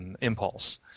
Impulse